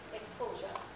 exposure